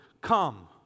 Come